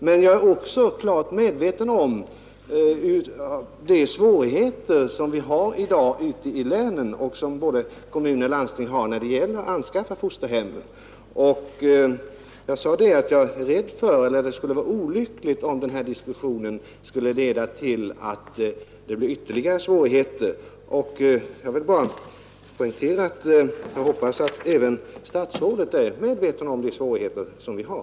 Men jag är också klart medveten om de svårigheter som både kommuner och landsting i dag har att anskaffa fosterhem, och det skulle vara olyckligt om diskussionen i skattefrågan ledde till att de blir ännu större. Jag vill bara poängtera att jag hoppas att även statsrådet är medveten om de svårigheter vi har.